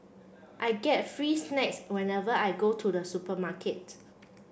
I get free snacks whenever I go to the supermarket